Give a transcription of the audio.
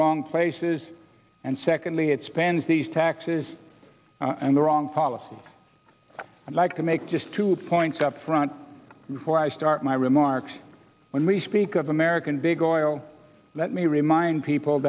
wrong places and secondly it spends these taxes and the wrong policy i'd like to make just two points up front before i start my remarks when we speak of american big oil let me remind people